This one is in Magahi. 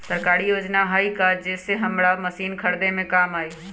सरकारी योजना हई का कोइ जे से हमरा मशीन खरीदे में काम आई?